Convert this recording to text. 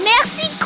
Merci